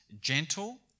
gentle